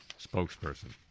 spokesperson